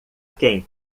quem